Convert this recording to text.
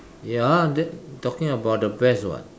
ya that talking about the best [what]